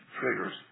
triggers